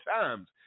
times